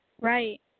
Right